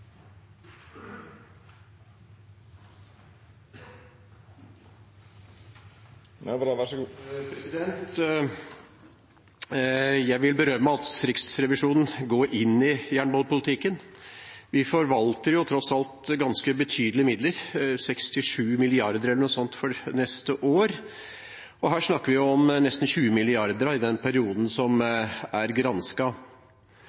Jeg vil berømme at Riksrevisjonen går inn i jernbanepolitikken. Vi forvalter tross alt ganske betydelige midler – 67 mrd. kr, eller noe sånt, for neste år – og vi snakker om nesten 20 mrd. kr i den perioden som